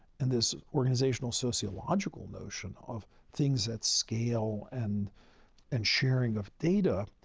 and this organizational sociological notion of things at scale and and sharing of data,